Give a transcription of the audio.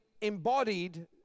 embodied